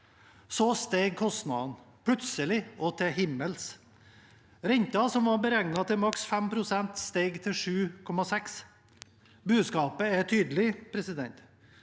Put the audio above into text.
Så steg kostnadene – plutselig og til himmels. Renten, som var beregnet til maks 5 pst., steg til 7,6 pst. Budskapet er tydelig. Kari